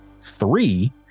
three